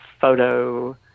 photo